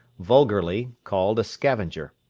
vulgarly called a scavenger.